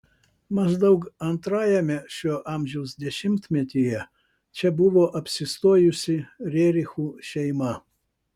maždaug antrajame šio amžiaus dešimtmetyje čia buvo apsistojusi rerichų šeima